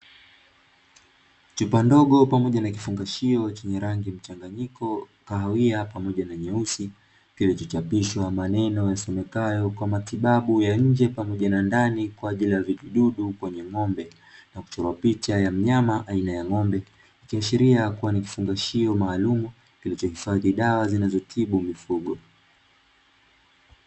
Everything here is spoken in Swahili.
Chupa ndogo pamoja na kifungashio chenye rangi mchanganyiko kahawia pamoja na nyeusi kilichochapishwa maneno yasomekayo "kwa matibabu ya nje pamoja na ndani kwa ajili ya vijidudu kwenye ng'ombe ". Na kuchorwa picha ya mnyama aina ya ng'ombe, ikiashiria kuwa ni kifungashio maalumu kilichohifadhi dawa zinazotibu mifugo.